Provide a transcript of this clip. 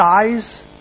size